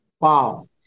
wow